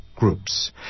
groups